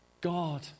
God